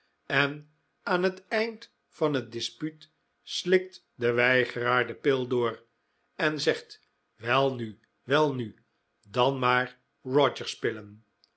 en aan het eind van het dispuut slikt de weigeraar de pil door en zegt welnu welnu dan maar rodgers pillen